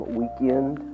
weekend